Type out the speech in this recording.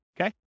Okay